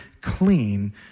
clean